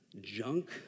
junk